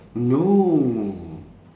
no